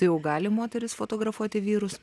tai jau gali moterys fotografuoti vyrus